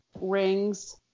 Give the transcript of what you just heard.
rings